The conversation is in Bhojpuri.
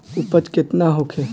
उपज केतना होखे?